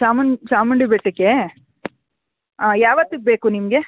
ಚಾಮುನ್ ಚಾಮುಂಡಿ ಬೆಟ್ಟಕ್ಕೆ ಹಾಂ ಯಾವತ್ತ್ಗೆ ಬೇಕು ನಿಮಗೆ